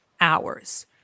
hours